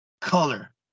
color